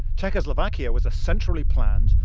czechoslovakia was a centrally planned,